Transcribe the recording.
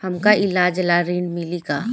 हमका ईलाज ला ऋण मिली का?